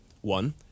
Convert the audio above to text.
One